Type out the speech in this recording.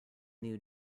new